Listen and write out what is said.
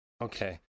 Okay